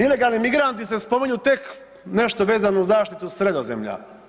Ilegalni migranti se spominju tek nešto vezano uz zaštitu Sredozemlja.